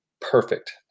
perfect